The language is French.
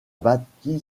bâti